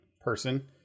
person